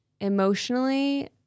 emotionally